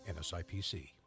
NSIPC